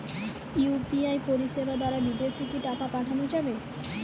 UPI পরিষেবা দারা বিদেশে কি টাকা পাঠানো যাবে?